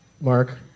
Mark